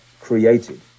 created